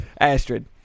Astrid